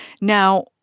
Now